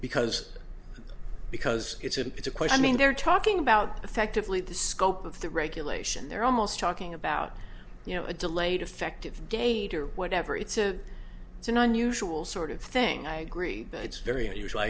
because because it's a bit of quite i mean they're talking about effectively the scope of the regulation they're almost talking about you know a delayed effective date or whatever it's a it's an unusual sort of thing i agree but it's very unusual i